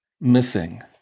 missing